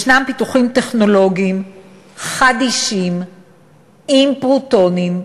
פיתוחים טכנולוגיים חדישים עם פרוטונים,